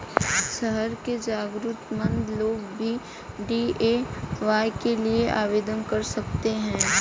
शहर के जरूरतमंद लोग भी डी.ए.वाय के लिए आवेदन कर सकते हैं